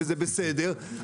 וזה בסדר,